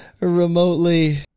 remotely